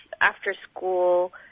after-school